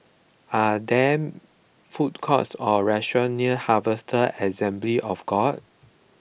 are there food courts or restaurants near Harvester Assembly of God